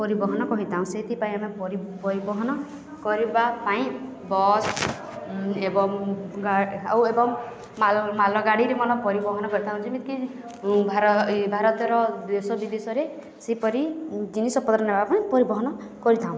ପରିବହନ କହିଥାଉଁ ସେଇଥିପାଇଁ ଆମେ ପରିବହନ କରିବା ପାଇଁ ବସ୍ ଏବଂ ଆଉ ଏବଂ ମାଲ୍ ମାଲ ଗାଡ଼ିରେ ମନ ପରିବହନ କରିଥାଉଁ ଯେମିତିକି ଭାରତର ଦେଶ ବିଦେଶରେ ସେହିପରି ଜିନିଷପତ୍ର ନେବା ପାଇଁ ପରିବହନ କରିଥାଉଁ